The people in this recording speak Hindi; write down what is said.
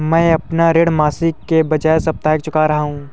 मैं अपना ऋण मासिक के बजाय साप्ताहिक चुका रहा हूँ